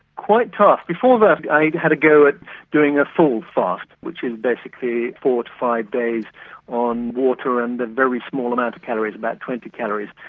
quite tough. before that i'd had a go at doing a full fast, which is basically four to five days on water and a very small amount of calories, about twenty calories,